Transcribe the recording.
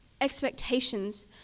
expectations